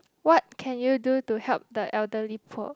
what can you do to help the elderly poor